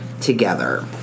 together